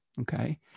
Okay